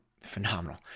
Phenomenal